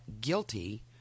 guilty